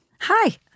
Hi